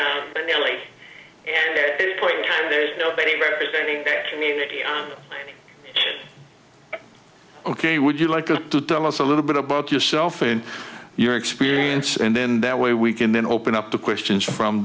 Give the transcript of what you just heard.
lake and at this point in time there's nobody representing that community ok would you like to tell us a little bit about yourself and your experience and then that way we can then open up to questions from